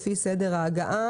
לפי סדר ההגעה.